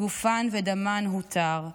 גופן ודמן הותרו.